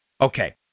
Okay